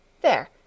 There